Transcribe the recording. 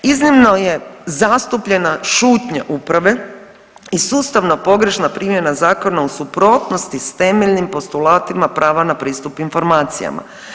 Iznimno je zastupljena šutnja uprave i sustavno pogrešna primjena zakona u suprotnosti s temeljnim postulatima prava na pristup informacijama.